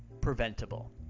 preventable